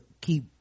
keep